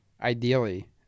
Ideally